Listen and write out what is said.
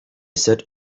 set